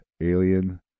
alien